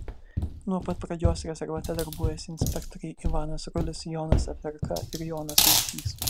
nuo pat pradžios rezervate darbuojasi inspektoriai ivanas rulis jonas averka ir jonas lukšys